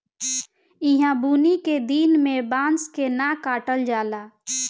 ईहा बुनी के दिन में बांस के न काटल जाला